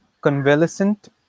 convalescent